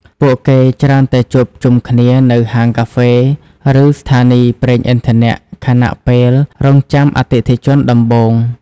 ពួកគេច្រើនតែជួបជុំគ្នានៅហាងកាហ្វេ ឬស្ថានីយ៍ប្រេងឥន្ធនៈ ខណៈពេលរង់ចាំអតិថិជនដំបូង។